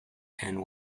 and